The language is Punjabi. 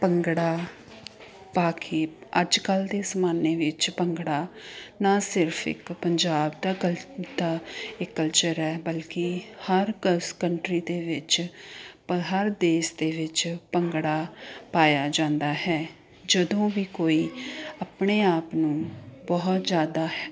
ਭੰਗੜਾ ਪਾ ਕੇ ਅੱਜ ਕੱਲ੍ਹ ਦੇ ਜ਼ਮਾਨੇ ਵਿੱਚ ਭੰਗੜਾ ਨਾ ਸਿਰਫ ਇੱਕ ਪੰਜਾਬ ਦਾ ਕਲ ਦਾ ਇੱਕ ਕਲਚਰ ਹੈ ਬਲਕਿ ਹਰ ਕਸ ਕੰਟਰੀ ਦੇ ਵਿੱਚ ਪ ਹਰ ਦੇਸ਼ ਦੇ ਵਿੱਚ ਭੰਗੜਾ ਪਾਇਆ ਜਾਂਦਾ ਹੈ ਜਦੋਂ ਵੀ ਕੋਈ ਆਪਣੇ ਆਪ ਨੂੰ ਬਹੁਤ ਜ਼ਿਆਦਾ